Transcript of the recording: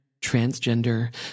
transgender